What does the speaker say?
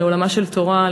לעולמה של תורה,